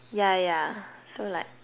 yeah yeah so like